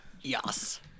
Yes